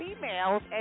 females